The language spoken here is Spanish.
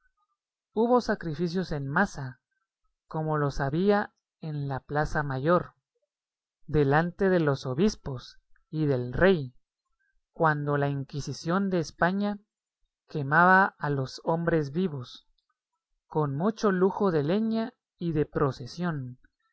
hubo sacrificios en masa como los había en la plaza mayor delante de los obispos y del rey cuando la inquisición de españa quemaba a los hombres vivos con mucho lujo de leña y de procesión